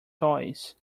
toys